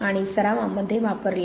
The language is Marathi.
आणि सराव मध्ये वापरले